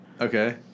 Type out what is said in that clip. Okay